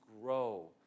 grow